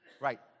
Right